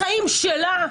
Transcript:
החיים שלה,